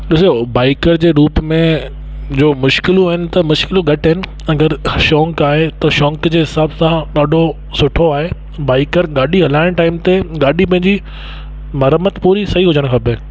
ॾिसो बाइकर जे रूप में जो मुश्किलूं आहिनि त मुश्किलूं घटि आहिनि अगरि शौक़ु आहे त शौक़ जे हिसाब सां ॾाढो सुठो आहे बाइकर ॾाढी हलाइणु टाइम ते ॾाढी पंहिंजी मरमत पूरी सही हुजणु खपे